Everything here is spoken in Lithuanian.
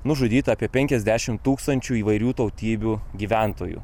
nužudyta apie penkiasdešimt tūkstančių įvairių tautybių gyventojų